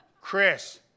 Chris